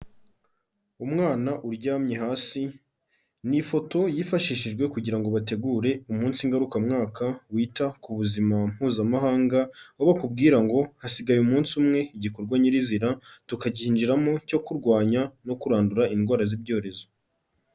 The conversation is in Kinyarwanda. Umwana uryamye hasi, ni ifoto yifashishijwe kugira ngo bategure umunsi ngarukamwaka wita ku buzima mpuzamahanga, abo bakubwira ngo hasigaye umunsi umwe igikorwa nyirizina tukacyinjiramo cyo kurwanya no kurandura indwara z'ibyorezo.